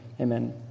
amen